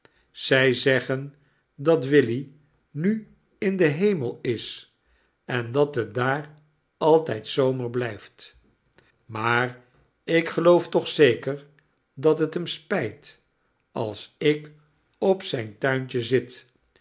zij zeggen dat willy nu in den hemel is endat het daar altijd zomer blijft maar ik geloof toch zeker dat het hem spijt als ik op zijn tuintje zit